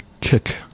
kick